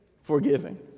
forgiving